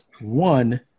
One